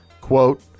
quote